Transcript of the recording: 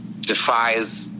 defies